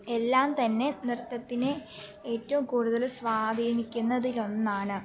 എല്ലാം തന്നെ നൃത്തത്തിനെ ഏറ്റവും കൂടുതൽ സ്വാധീനിക്കുന്നതിൽ ഒന്നാണ്